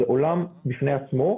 זה עולם בפני עצמו,